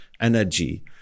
energy